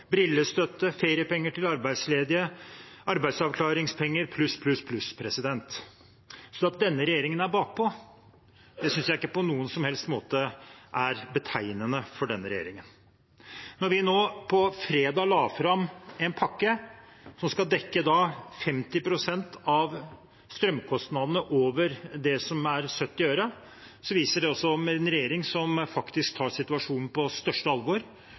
brillestøtte, feriepenger til arbeidsledige, arbeidsavklaringspenger, pluss, pluss, pluss. At denne regjeringen er bakpå, synes jeg ikke på noen som helst måte er betegnende. Da vi nå på fredag la fram en pakke som skal dekke 50 pst. av strømkostnadene over 70 øre, vitner det om en regjering som faktisk tar situasjonen på største alvor